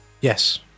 Yes